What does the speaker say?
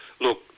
Look